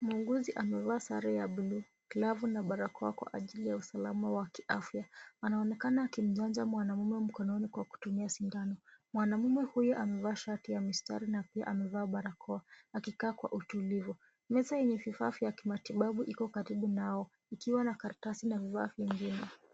Muuguzi amevaa sare ya buluu, glovu na barokoa kwa ajili ya usalama wa kiafya. Anaonekana akimchanja mwanaume mkononi kwa kutumia sindano. Mwanaume huyo amevaa shati ya mistari na pia amevaa barakoa akikaa kwa utulivu. Meza yenye vifaa vya kimatibabu iko karibu nao ikiwa na karatasi na vifaa vingine.